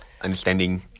understanding